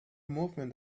movement